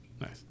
Nice